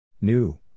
New